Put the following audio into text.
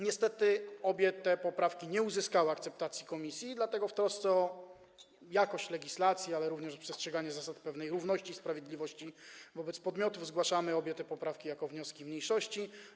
Niestety obie te poprawki nie uzyskały akceptacji komisji i dlatego w trosce o jakość legislacji, ale również przestrzeganie zasad pewnej równości i sprawiedliwości wobec podmiotów zgłaszamy obie te poprawki jako wnioski mniejszości.